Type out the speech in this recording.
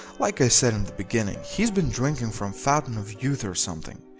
like i said in the beginning, he's been drinking from fountain of youth or something.